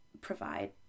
provide